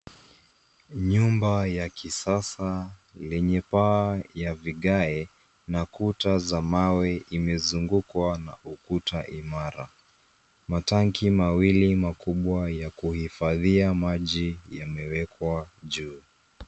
Nyumba ya kisasa, lenye paa ya vigae na kuta za mawe imezungukwa na ukuta imara. Matanki mawili makubwa ya kuhifadhia maji yamewekwa juu.